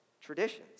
traditions